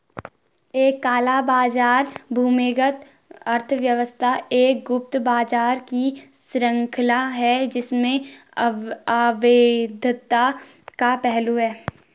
एक काला बाजार भूमिगत अर्थव्यवस्था एक गुप्त बाजार की श्रृंखला है जिसमें अवैधता का पहलू है